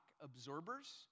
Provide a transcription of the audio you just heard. absorbers